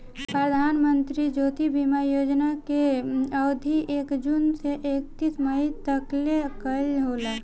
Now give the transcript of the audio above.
प्रधानमंत्री जीवन ज्योति बीमा योजना कअ अवधि एक जून से एकतीस मई तकले कअ होला